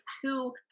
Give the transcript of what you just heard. two